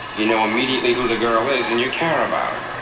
you know immediately who the girl is and you care about her.